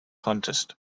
contest